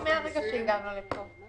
על רשות המסים,